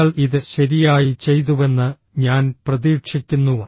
നിങ്ങൾ ഇത് ശരിയായി ചെയ്തുവെന്ന് ഞാൻ പ്രതീക്ഷിക്കുന്നു